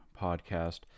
podcast